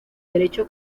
derecho